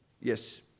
Yes